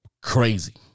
crazy